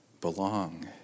belong